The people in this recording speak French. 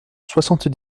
soixante